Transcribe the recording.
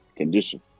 condition